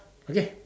okay